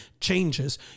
changes